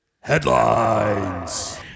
Headlines